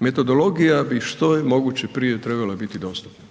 Metodologija bi što je moguće prije trebala biti dostupna